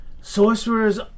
Sorcerers